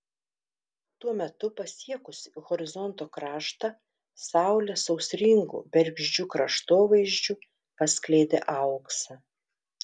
tuo metu pasiekusi horizonto kraštą saulė sausringu bergždžiu kraštovaizdžiu paskleidė auksą